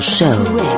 Show